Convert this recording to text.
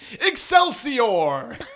Excelsior